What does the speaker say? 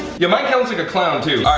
yeah mine looks like a clown too.